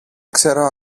ξέρω